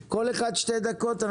לכל אחד שתי דקות.